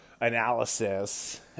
analysis